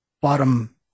bottom